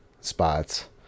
spots